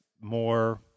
more